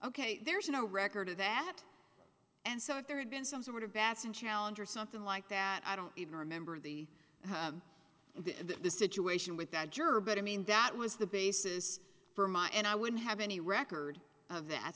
ok there's no record of that and so if there had been some sort of bass in challenge or something like that i don't even remember the the situation with that juror but i mean that was the basis for my and i wouldn't have any record of th